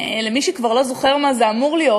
למי שכבר לא זוכר מה זה אמור להיות,